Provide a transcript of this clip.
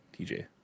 TJ